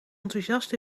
enthousiast